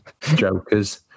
Jokers